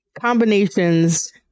Combinations